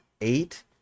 eight